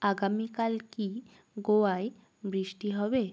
আগামীকাল কি গোয়ায় বৃষ্টি হবে